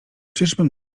czyżbym